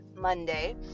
Monday